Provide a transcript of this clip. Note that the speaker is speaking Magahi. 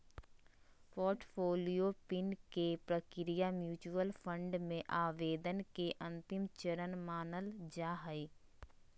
पोर्टफोलियो पिन लेबे के प्रक्रिया म्यूच्यूअल फंड मे आवेदन के अंतिम चरण मानल जा हय